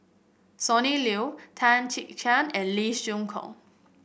Sonny Liu Tan Chia Chiak and Lee Siew Choh